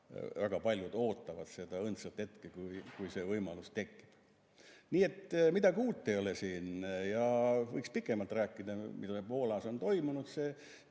väga paljud ootavad seda õndsat hetke, kui see võimalus tekib. Nii et midagi uut ei ole siin ja võiks pikemalt rääkida, mis Poolas on toimunud.